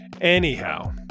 anyhow